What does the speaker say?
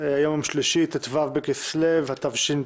שלום לכולם, היום יום שלישי, ט"ו בכסלו תשפ"א,